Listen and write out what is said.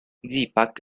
zipak